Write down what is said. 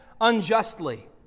unjustly